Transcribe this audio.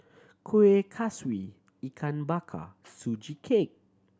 Kueh Kaswi Ikan Bakar Sugee Cake